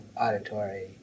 auditory